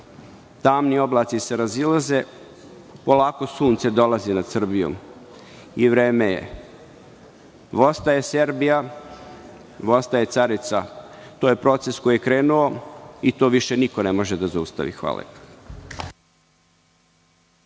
Tamni oblaci se razilaze, polako sunce dolazi nad Srbijom i vreme je. Vostaje Serbija, vostaje carica. To je proces koji je krenuo i to više niko ne može da zaustavi. Hvala.